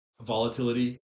volatility